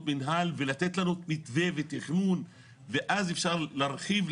מינהל ולתת לנו מתווה ותכנון ואז אפשר להרחיב,